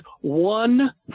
one